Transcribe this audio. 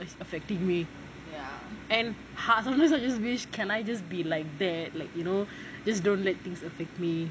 affected me and அதுலாம்:athulaam can I just be like that like you know just don't let this affect me